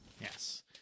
Yes